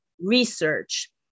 research